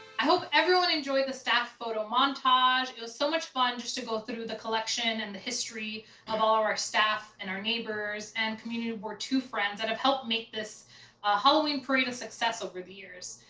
i hope everyone enjoyed the staff photo montage. it was so much fun just to go through the collection and the history of all of our staff and our neighbors and community board two friends that have helped make this halloween parade a success over the years.